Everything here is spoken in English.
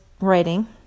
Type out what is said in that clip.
writing